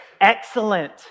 Excellent